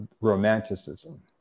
Romanticism